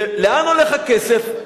ולאן הולך הכסף?